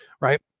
Right